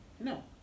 no